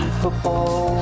football